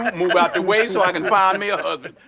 move out the way so i can find me a husband.